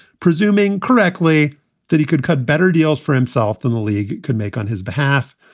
presuming correctly that he could cut better deals for himself than the league could make on his behalf.